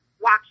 watch